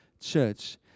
church